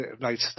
right